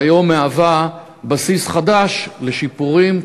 והיום היא בסיס חדש לשיפורים,